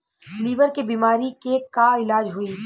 Liver के बीमारी के का इलाज होई?